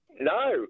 No